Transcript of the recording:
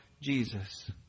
Jesus